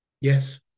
Yes